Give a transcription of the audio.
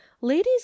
ladies